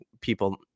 people